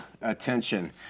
attention